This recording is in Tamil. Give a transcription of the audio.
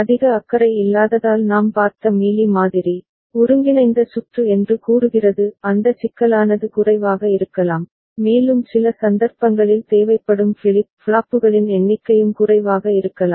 அதிக அக்கறை இல்லாததால் நாம் பார்த்த மீலி மாதிரி ஒருங்கிணைந்த சுற்று என்று கூறுகிறது அந்த சிக்கலானது குறைவாக இருக்கலாம் மேலும் சில சந்தர்ப்பங்களில் தேவைப்படும் ஃபிளிப் ஃப்ளாப்புகளின் எண்ணிக்கையும் குறைவாக இருக்கலாம்